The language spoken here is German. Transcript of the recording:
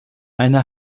eine